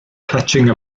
clutching